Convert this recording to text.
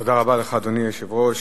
אדוני היושב-ראש,